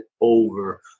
over